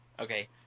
Okay